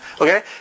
okay